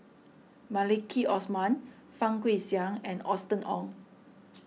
Maliki Osman Fang Guixiang and Austen Ong